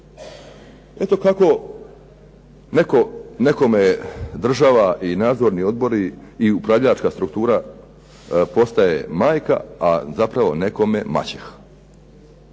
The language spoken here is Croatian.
Eto kako nekome država i nadzorni odbori i upravljačka struktura postaje majka, a zapravo nekom maćeha.